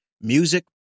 music